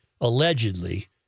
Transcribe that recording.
allegedly